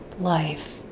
life